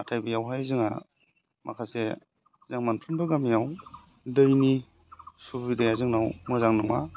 नाथाय बेयावहाय जोंहा माखासे जों मोनफ्रोमबो गामियाव दैनि सुबिदाया जोंनाव मोजां नङा